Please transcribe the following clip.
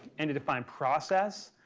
and to define process,